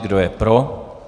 Kdo je pro?